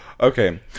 okay